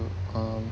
um